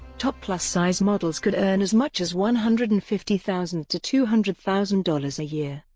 top plus size models could earn as much as one hundred and fifty thousand to two hundred thousand dollars a year.